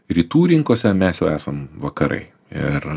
rytų rinkose mes jau esam vakarai ir